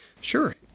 Sure